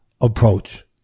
approach